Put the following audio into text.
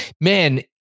man